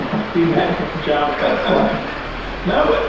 i've seen that java code fl y no. and